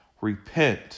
Repent